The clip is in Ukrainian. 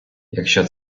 якщо